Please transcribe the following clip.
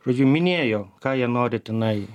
žodžiu minėjo ką jie nori tenai